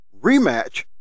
rematch